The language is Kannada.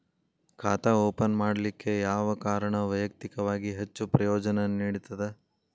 ಖಾತಾ ಓಪನ್ ಮಾಡಲಿಕ್ಕೆ ಯಾವ ಕಾರಣ ವೈಯಕ್ತಿಕವಾಗಿ ಹೆಚ್ಚು ಪ್ರಯೋಜನ ನೇಡತದ?